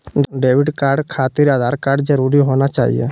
Debit card खातिर Aadhaar card जरूरी होना चाहिए?